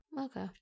Okay